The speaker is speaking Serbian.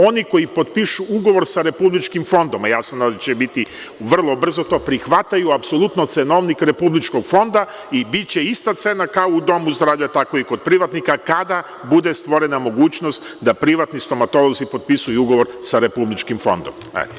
Oni koji potpišu ugovor sa Republičkim fondom, ja se nadam da će biti, vrlo brzo to prihvataju, apsolutno cenovnik Republičkog fonda i biće ista cena kao u domu zdravlja, tako i kod privatnika, kada bude stvorena mogućnost da privatni stomatolozi potpisuju ugovor sa Republičkim fondom.